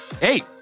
Hey